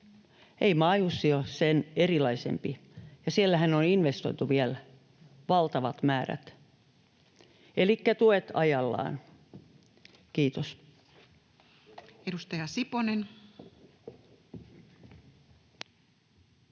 Ei maajussi ole sen erilaisempi, ja siellähän on investoitu vielä valtavat määrät. Elikkä tuet ajallaan. — Kiitos. [Speech 38]